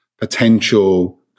potential